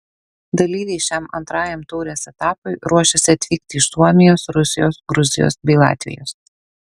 dalyviai šiam antrajam taurės etapui ruošiasi atvykti iš suomijos rusijos gruzijos bei latvijos